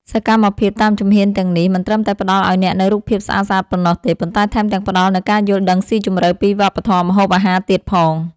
សកម្មភាពតាមជំហានទាំងនេះ មិនត្រឹមតែផ្ដល់ឱ្យអ្នកនូវរូបភាពស្អាតៗប៉ុណ្ណោះទេ ប៉ុន្តែថែមទាំងផ្ដល់នូវការយល់ដឹងស៊ីជម្រៅពីវប្បធម៌ម្ហូបអាហារទៀតផង។